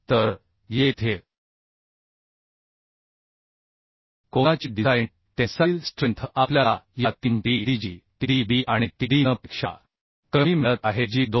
तर येथे कोनाची डिझाइन टेन्साईल स्ट्रेंथ आपल्याला या 3 T d G T d B आणि T d n पेक्षा कमी मिळत आहे जी 261